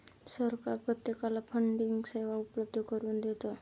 सरकार प्रत्येकाला फंडिंगची सेवा उपलब्ध करून देतं